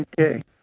Okay